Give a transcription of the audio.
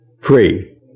free